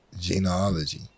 genealogy